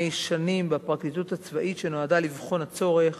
שנים בפרקליטות הצבאית ואשר נועדה לבחון את הצורך